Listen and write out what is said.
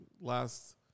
last